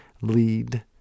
lead